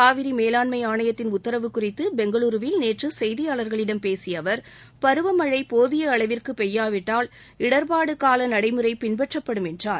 காவிரி மேலாண்மை ஆணையத்தின் உத்தரவு குறித்து பெங்களூரூவில் நேற்று செய்தியாளா்களிடம் பேசிய அவர் பருவமழை போதிய அளவிற்கு பெய்யாவிட்டால் இடர்பாடுகால நடைமுறை பின்பற்றப்படும் என்றார்